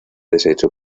deshecho